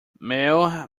mail